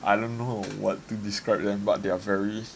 I don't know what to describe them but they are very